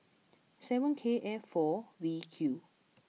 seven K F four V Q